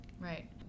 right